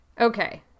Okay